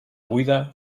buida